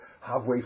halfway